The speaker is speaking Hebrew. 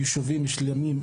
יישובים שלמים,